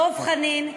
דב חנין,